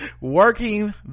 Working